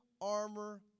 armor